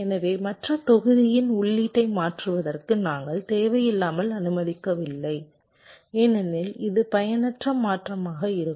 எனவே மற்ற தொகுதியின் உள்ளீட்டை மாற்றுவதற்கு நாங்கள் தேவையில்லாமல் அனுமதிக்கவில்லை ஏனெனில் இது பயனற்ற மாற்றமாக இருக்கும்